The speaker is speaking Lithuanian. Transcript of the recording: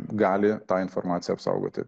gali tą informaciją apsaugoti